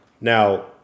Now